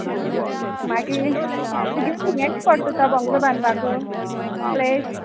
आ दित्ल मागीर तुगे हूंय एश पोट्ट तो बोंगलो बांदपाकू प्लेस